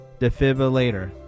Defibrillator